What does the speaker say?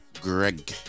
Greg